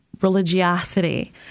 religiosity